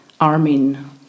Armin